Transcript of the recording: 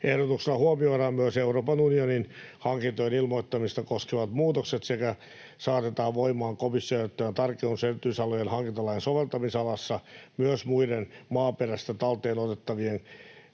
Ehdotuksessa huomioidaan myös Euroopan unionin hankintojen ilmoittamista koskevat muutokset sekä saatetaan voimaan komission edellyttämä tarkennus erityisalojen hankintalain soveltamisalassa myös muiden maaperästä talteen otettavien